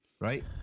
right